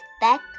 back